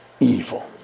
Evil